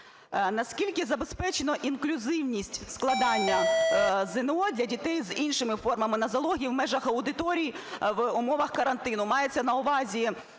На скільки забезпечено інклюзивність складання ЗНО для дітей з іншими формами нозології в межах аудиторії в умовах карантину?